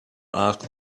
asked